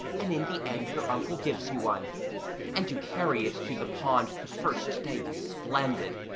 and in the end your uncle gives you one and to carry it to the pond the first day is splendid,